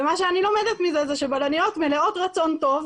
מה שאני לומדת מזה זה שבלניות מלאות רצון טוב,